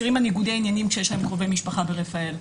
ניגודי עניינים כשיש להם קרובי משפחה ברפא"ל.